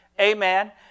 Amen